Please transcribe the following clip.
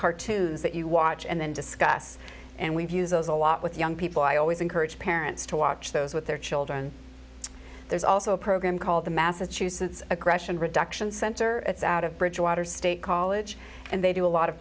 cartoons that you watch and then discuss and we've used those a lot with young people i always encourage parents to watch those with their children there's also a program called the massachusetts aggression reduction center that's out of bridgewater state college and they do a lot of